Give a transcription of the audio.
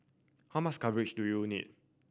how much coverage do you need